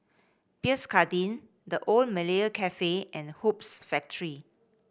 Pierre Cardin The Old Malaya Cafe and Hoops Factory